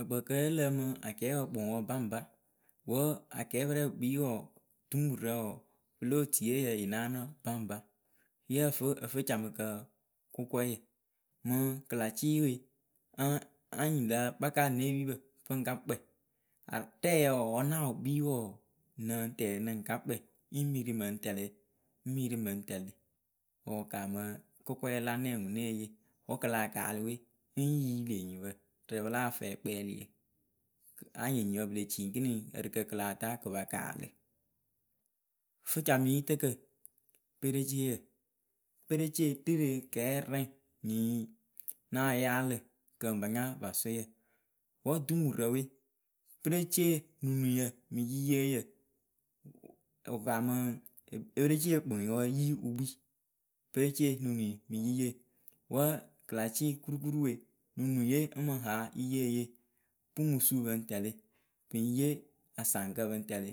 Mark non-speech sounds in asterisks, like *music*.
ǝkpǝǝkǝ yǝ lǝǝmɨ akɛɛpǝ kpɨŋwǝ baŋba wǝ akɛɛpɨrɛ pɨ kpii wɔɔ dumurǝ wɔɔ pɨlo tuyeeyǝ yɨ naanɨ baŋba. yǝ fɨ ǝfɨcamɨkǝ kʊkɔyǝ Mɨŋ kɨla cɩwe anyɩ la kpaka ně epiipǝ pɨŋka kpɛ *hesitation* a rɛɛyǝ wɔɔ wǝ naawʊ kpii wɔɔ nɨŋ tɛnɩ ŋ kakpɛ yi mɨ ri mɨŋ tɛlɩ ŋ mɨ ri mɨŋ tɛlɩ wɨ wʊ kaamɨ kʊkɔɛ lanɛŋ ŋwɨ née yee wɔ kɨ lah kaalɨ we ŋ yili enyipǝ rɨ pɨla fɛkpɛɛlɩ. Anyɩŋ enyipǝ pɨ le ci kiniŋ ǝrɨkǝ kɨ lah ta kɨ pa kaalɨ Fɨcamɨyitǝkǝ pereceeyǝ. perecee ri rɨ kɛɛrɛŋ nyii nah yaalɨ kɨŋ ba nya vasʊyǝ wǝ dumurǝ we perecee nunuŋyǝ mɨ yiyeeyǝ wǝ kaamɨ pereceeyǝ kpɨŋwǝ yi wɨ kpii. perecee nunuŋyǝ mɨ yiyeeyǝ wǝ kɨla cɩ kurukuruwe nunuŋye ŋ mɨ ha yiyeeye. pɨŋ mɨ suu pɨŋ tɛlɩ pɨŋ yee asaŋkǝ pɨŋ tɛlɩ